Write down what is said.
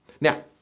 Now